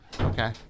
Okay